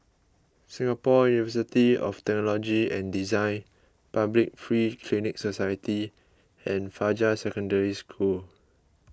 Singapore University of Technology and Design Public Free Clinic Society and Fajar Secondary School